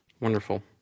Wonderful